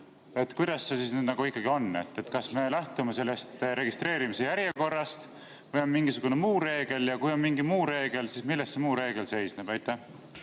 Kuidas see siis ikkagi on, kas me lähtume registreerimise järjekorrast või on mingisugune muu reegel? Ja kui on mingi muu reegel, siis milles see muu reegel seisneb? Suur